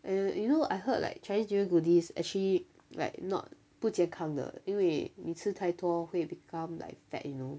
and you you know I heard like chinese new year goodies actually like not 不健康的因为你吃太多会 become like fat you know